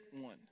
one